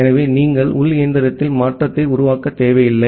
எனவே நீங்கள் உள் இயந்திரத்தில் மாற்றத்தை உருவாக்க தேவையில்லை